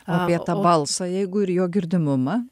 apie tą balsą jeigu ir jo girdimumą